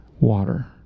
water